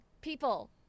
people